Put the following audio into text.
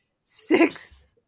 six